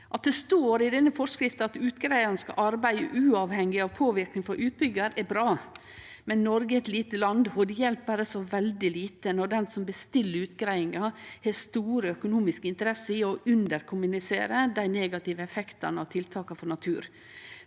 At det står i denne forskrifta at utgreiarane skal arbeide uavhengig av påverknad frå utbyggjar, er bra, men Noreg er eit lite land, og det hjelper så veldig lite når den som bestiller utgreiinga, har store økonomiske interesser i å underkommunisere dei negative effektane av tiltaka for natur.